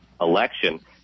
election